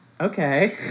Okay